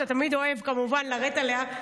שאתה תמיד אוהב כמובן לרדת עליה,